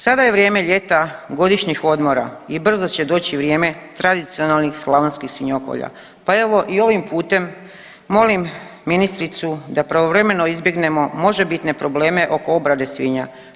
Sada je vrijeme ljeta, godišnjih odmora i brzo će doći vrijeme tradicionalnih slavonskih svinjokolja, pa evo i ovim putem molim ministricu da pravovremeno izbjegnemo možebitne probleme oko obrade svinja.